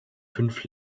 fünf